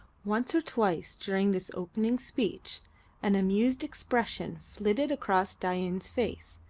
once or twice during this opening speech an amused expression flitted across dain's face,